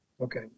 Okay